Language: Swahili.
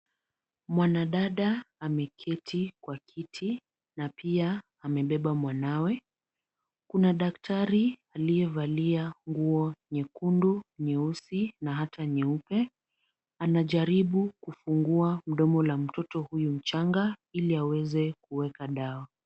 Mwanadada ameketi kwa kiti na pia amebeba mwanawe, kuna daktari aliyevalia nguo nyekundu, nyeusi na hata nyeupe. Anajaribu kufungua mdomo la mtoto huyu mchanga ili aweze kuweka dawa.